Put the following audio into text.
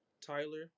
Tyler